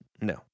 No